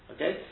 Okay